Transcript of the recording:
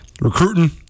recruiting